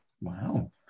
Wow